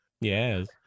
yes